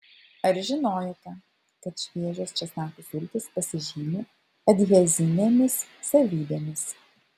ar žinojote kad šviežios česnakų sultys pasižymi adhezinėmis savybėmis